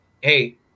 hey